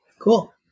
Cool